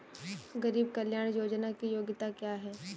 गरीब कल्याण योजना की योग्यता क्या है?